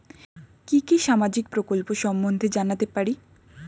কি কি সামাজিক প্রকল্প সম্বন্ধে জানাতে পারি?